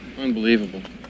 Unbelievable